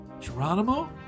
Geronimo